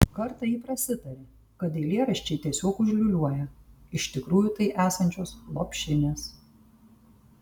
kartą ji prasitarė kad eilėraščiai tiesiog užliūliuoją iš tikrųjų tai esančios lopšinės